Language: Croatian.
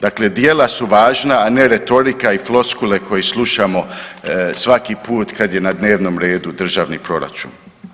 Dakle, djela su važna, a ne retorika i floskule koje slušamo svaki put kada je na dnevnom redu državni proračun.